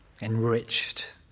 enriched